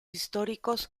históricos